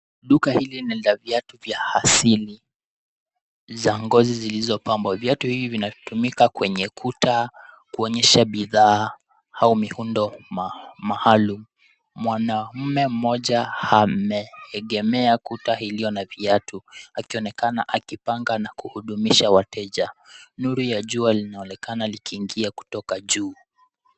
Duka hili ni la viatu vya asili za ngozi zilizopangwa. Vyote hivi vinatumika kwenye kuta kuonyesha bidhaa au miundo maalum. Mwanamume mmoja ameegemea kuta hilo la viatu, akionekana akipanga na kuhudumisha wateja. Nuru ya jua linaonekana likiingia kutoka juu.